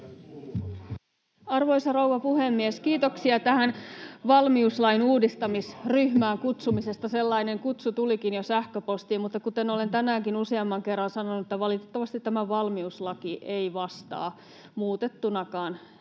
Arvoisa rouva puhemies! Kiitoksia tähän valmiuslain uudistamisryhmään kutsumisesta. Sellainen kutsu tulikin jo sähköpostiin. Mutta kuten olen tänäänkin useamman kerran sanonut, valitettavasti tämä valmiuslaki ei vastaa muutettunakaan